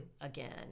again